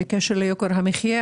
בקשר ליוקר המחיה.